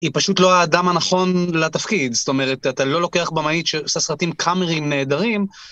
היא פשוט לא האדם הנכון לתפקיד, זאת אומרת, אתה לא לוקח במאית שעושה סרטים קאמריים נהדרים,